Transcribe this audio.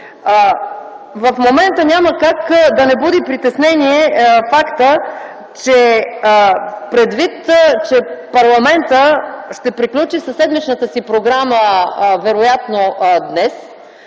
В момента няма как да не буди притеснение фактът, че парламентът ще приключи със седмичната си програма вероятно днес,